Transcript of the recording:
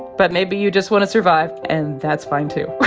but maybe you just want to survive, and that's fine too